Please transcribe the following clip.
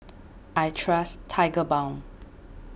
I trust Tigerbalm